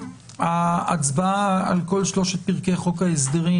ההצבעה על שלושת פרקי חוק ההסדרים